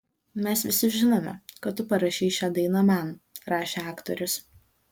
mes visi žinome kad tu parašei šią dainą man rašė aktorius